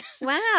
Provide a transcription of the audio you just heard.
Wow